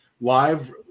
live